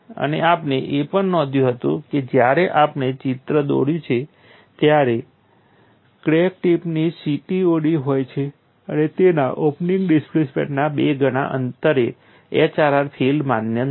અને આપણે એ પણ નોંધ્યું હતું કે જ્યારે આપણે ચિત્ર દોર્યું છે ત્યારે ક્રેક ટીપથી CTOD હોય છે તેના ઓપનિંગ ડિસ્પ્લેસમેન્ટના બે ગણા અંતરે HRR ફીલ્ડ માન્ય નથી